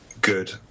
good